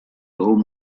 old